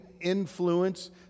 influence